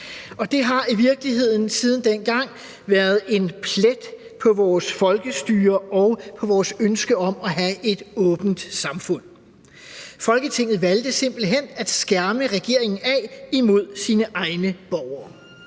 og det har i virkeligheden siden dengang været en plet på vores folkestyre og på vores ønske om at have et åbent samfund. Folketinget valgte simpelt hen at skærme regeringen af imod sine egne borgere.